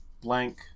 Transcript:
blank